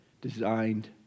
designed